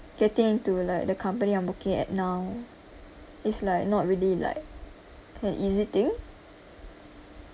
getting to like the company I'm working at now is like not really like an easy thing